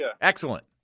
Excellent